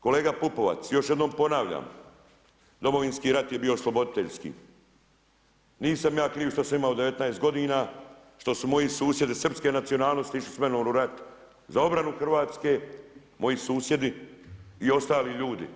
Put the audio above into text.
Kolega PUpovac još jednom ponavljam, Domovinski rat je bio osloboditeljski, nisam ja kriv što sam ja imao 19 godina, što su moji susjedi srpske nacionalnosti išli s menom u ratu za obranu Hrvatske moji susjedi i ostali ljudi.